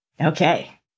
Okay